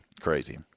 crazy